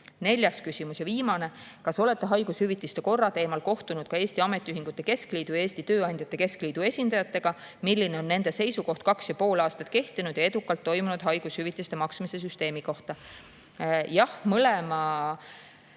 Neljas küsimus ja viimane: "Kas olete haigushüvitiste korra teemal kohtunud ka Eesti Ametiühingute Keskliidu ja Eesti Tööandjate Keskliidu esindajatega? Milline on nende seisukoht kaks ja pool aastat kehtinud ning edukalt toiminud haigushüvitiste maksmise süsteemi kohta?" Jah, mõlema